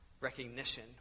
recognition